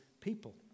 people